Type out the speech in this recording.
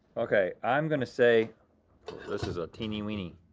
okay, i'm gonna say this is a teeny weeny,